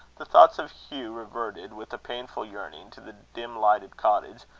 the thoughts of hugh reverted, with a painful yearning, to the dim-lighted cottage,